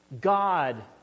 God